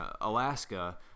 Alaska